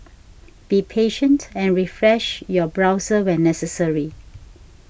be patient and refresh your browser when necessary